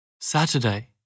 Saturday